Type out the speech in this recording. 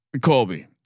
Colby